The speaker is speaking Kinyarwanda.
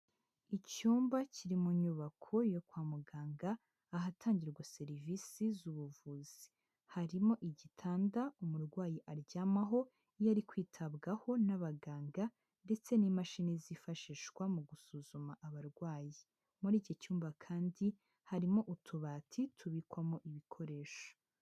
Icyumba kiri mu nyubako yo kwa muganga, ahatangirwa serivisi z'ubuvuzi, harimo igitanda umurwayi aryamaho iyo ari kwitabwaho n'abaganga, ndetse n'imashini zifashishwa mu gusuzuma abarwayi, muri iki cyumba kandi harimo utubati tubikwamo ibikoresho.